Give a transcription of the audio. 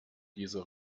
dieser